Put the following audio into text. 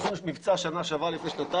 עשינו שם מבצע שנה שעברה, לפני שנתיים.